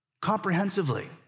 Comprehensively